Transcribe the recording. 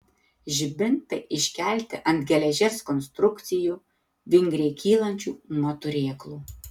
žibintai iškelti ant geležies konstrukcijų vingriai kylančių nuo turėklų